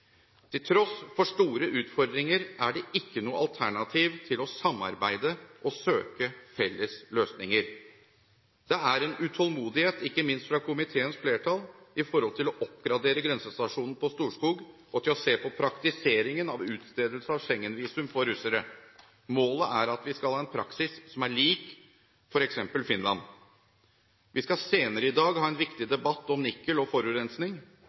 Til tross for store utfordringer er det ikke noe alternativ til å samarbeide og søke felles løsninger. Det er en utålmodighet, ikke minst fra komiteens flertall, for å oppgradere grensestasjonen på Storskog og for å se på praktiseringen av utstedelse av Schengen-visum for russere. Målet er at vi skal ha en praksis som er lik f.eks. Finland. Vi skal senere i dag ha en viktig debatt om Nikel og forurensning.